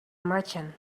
merchant